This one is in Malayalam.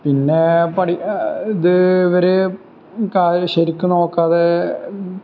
പിന്നെ ഇത് ഇവര് ശരിക്കും നോക്കാതെ